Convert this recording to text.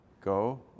Go